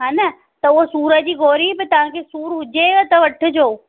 हा न त उहो सूर जी गोरी बि तव्हांखे सूर हुजेव त वठिजो